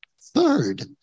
third